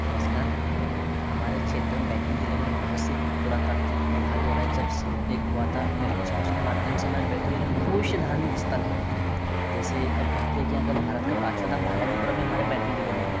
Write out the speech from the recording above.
नमस्कार हमारे क्षेत्र में बैतूल जिले में बहुत सी पुरातात्विक विभाग द्वारा एक हुआ था निरीक्षण उसके माध्यम से हमारे बैतूल जिले में बहुत से धार्मिक स्थल हैं जैसे और कहते हैं कि यहाँ का भारत का पाँचवा धाम बालाजीपरम भी हमारे बैतूल जिले में है